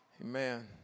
Amen